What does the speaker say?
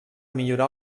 millorar